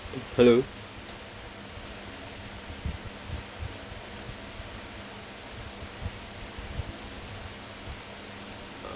hello